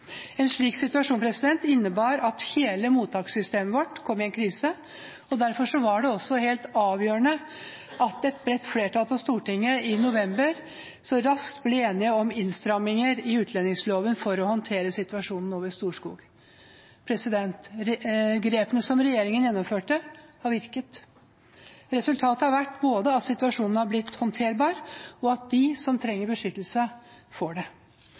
En slik situasjon innebar at hele mottakssystemet vårt kom i en krise. Derfor var det også helt avgjørende at et bredt flertall på Stortinget i november så raskt ble enige om innstramninger i utlendingsloven for å håndtere situasjonen over Storskog. Grepene som regjeringen tok, har virket. Resultatet har vært både at situasjonen har blitt håndterbar, og at de som trenger beskyttelse, får det.